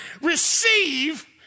receive